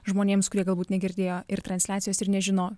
žmonėms kurie galbūt negirdėjo ir transliacijos ir nežino